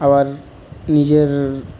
আর নিজের